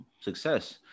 success